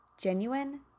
Genuine